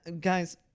guys